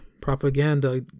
Propaganda